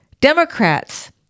Democrats